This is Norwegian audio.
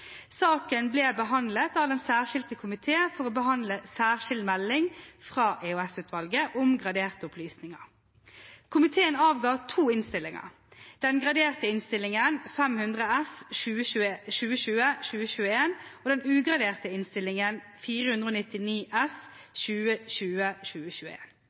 Saken ble behandlet av den særskilte komité for å behandle Særskilt melding fra EOS-utvalget om graderte opplysninger. Komiteen avga to innstillinger, den graderte innstillingen, Innst. 500 S for 2020–2021, og den ugraderte innstillingen, Innst. 499